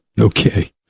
Okay